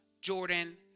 Jordan